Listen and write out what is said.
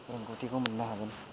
रोंगौथिखौ मोननो हागोन